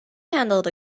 handled